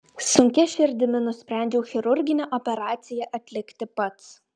sunkia širdimi nusprendžiau chirurginę operaciją atlikti pats